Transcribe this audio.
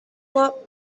lot